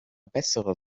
bessere